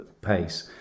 pace